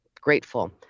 Grateful